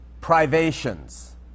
privations